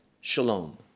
Shalom